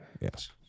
yes